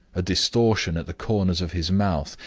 a distortion at the corners of his mouth,